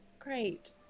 Great